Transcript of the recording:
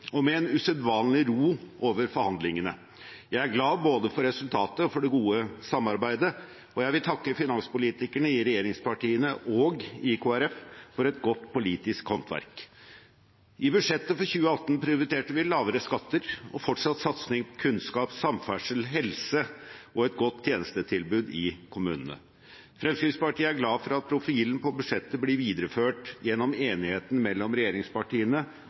og med en usedvanlig ro over forhandlingene. Jeg er glad både for resultatet og for det gode samarbeidet, og jeg vil takke finanspolitikerne i regjeringspartiene og i Kristelig Folkeparti for et godt politisk håndverk. I budsjettet for 2018 prioriterte vi lavere skatter og fortsatt satsing på kunnskap, samferdsel, helse og et godt tjenestetilbud i kommunene. Fremskrittspartiet er glad for at profilen på budsjettet blir videreført gjennom enigheten mellom regjeringspartiene